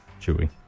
Chewy